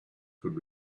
could